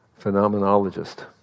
phenomenologist